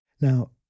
now